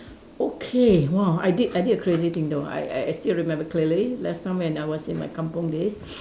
okay !wow! I did I did a crazy thing though I I I still remember clearly last time when I was in my kampung days